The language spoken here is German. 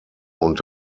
und